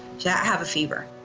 yeah have a fever.